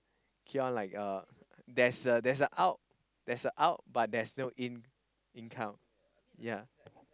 keep on like uh there is a there is a out there is a out but no in income yea